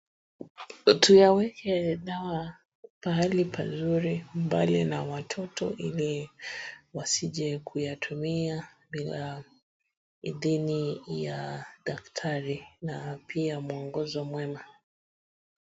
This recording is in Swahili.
Tuyaweke dawa pahali pazuri mbali na watoto ili wasije kuyatumia bila idhini ya daktari na pia mwongozo mwema.